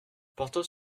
porthos